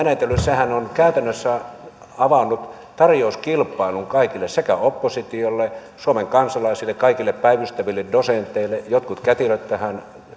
menetellyt sehän on käytännössä avannut tarjouskilpailun kaikille oppositiolle suomen kansalaisille kaikille päivystäville dosenteille jotkut kätilöt tähän